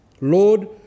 Lord